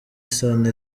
isano